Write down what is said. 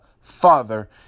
Father